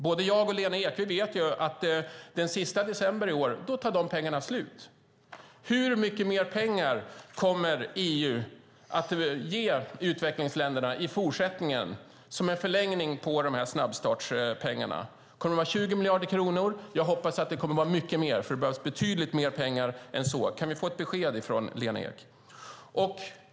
Både Lena Ek och jag vet att den 31 december i år tar de här pengarna slut. Hur mycket mer pengar kommer EU att ge utvecklingsländerna i fortsättningen som en förlängning på snabbstartspengarna? Kommer det att vara 20 miljarder kronor? Jag hoppas att det kommer att vara mycket mer, för det behövs betydligt mer pengar än så. Kan vi få ett besked från Lena Ek?